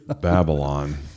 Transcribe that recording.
Babylon